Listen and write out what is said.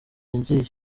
yagiye